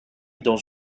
dans